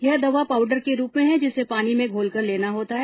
यह दवा पाउडर के रूप में है जिसे पानी में घोलकर लेना होता है